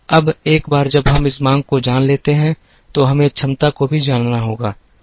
अब एक बार जब हम इस मांग को जान लेते हैं तो हमें क्षमता को भी जानना होगा